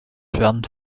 werden